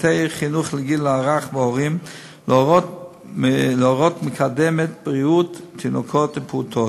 צוותי חינוך לגיל הרך והורים להורות מקדמת בריאות של תינוקות ופעוטות.